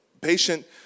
patient